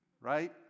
right